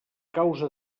causa